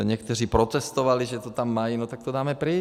Někteří protestovali, že to tam mají, no tak to dáme pryč.